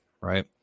right